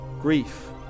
grief